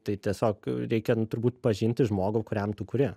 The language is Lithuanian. tai tiesiog reikia nu turbūt pažinti žmogų kuriam tu kuri